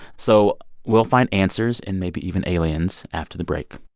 so we'll find answers and maybe even aliens after the break